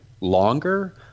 longer